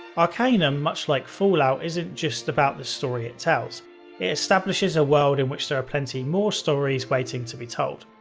arcanum, much like fallout, isn't just about the story it tells it establishes a world in which there are plenty more stories waiting to be told.